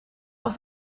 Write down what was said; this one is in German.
auch